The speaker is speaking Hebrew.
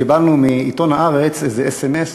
קיבלנו מעיתון "הארץ" איזה אס.אם.אס,